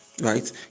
right